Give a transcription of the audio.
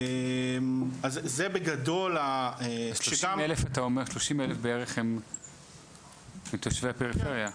אז זה בגדול ה- 30 אלף אתה אומר בערך הם תושבי הפריפריה.